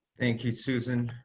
thank you, susan.